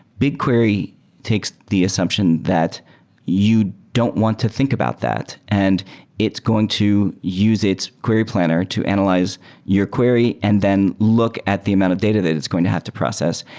bigquery takes the assumption that you don't want to think about that and it's going to use its query planner to analyze your query and then look at the amount of data that it's going to have to process,